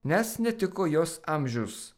nes netiko jos amžius